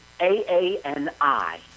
A-A-N-I